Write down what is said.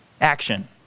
action